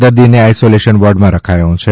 દર્દીને આઇસોલેશન વોર્ડમાં રખાયો છે